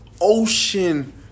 Ocean